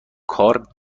کار